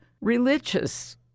religious